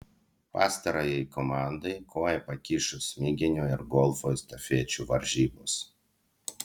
pastarajai komandai koją pakišo smiginio ir golfo estafečių varžybos